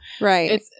Right